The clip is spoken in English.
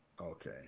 okay